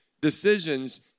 decisions